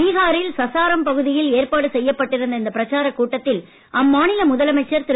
பீகாரில் சசாராம் பகுதியில் ஏற்பாடு செய்யப்பட்டிருந்த இந்த பிரச்சாரக் கூட்டத்தில் அம்மாநில முதலமைச்சர் திரு